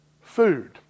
food